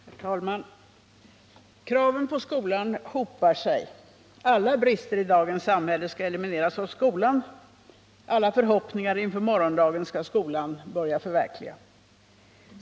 Herr talman! Kraven på skolan hopar sig — alla brister i dagens samhälle skallelimineras av skolan, alla förhoppningar inför morgondagen skall skolan börja förverkliga.